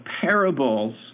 parables